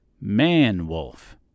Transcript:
man-wolf